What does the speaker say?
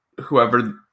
whoever